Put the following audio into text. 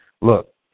Look